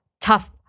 tough